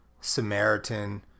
samaritan